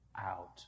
out